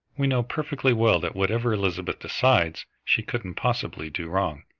we know perfectly well that whatever elizabeth decides, she couldn't possibly do wrong.